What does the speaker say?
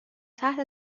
تحت